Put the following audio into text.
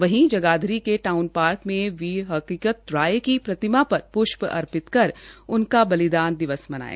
वहीं जगाधरी के town park में वीर हकीकत राय की प्रतिमा पर प्ष्प अर्पित कर उनका बलिदान दिवस मनाया